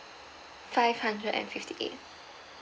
five hundred and fifty eight